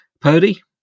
Purdy